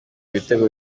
ibitego